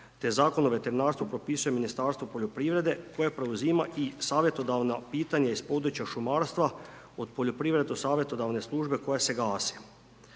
te Zakon o veterinarstvu propisuje Ministarstvo poljoprivrede, koje preuzima i savjetodavna pitanja iz područja šumarstva od poljoprivredne savjetodavne službe koja se gasi.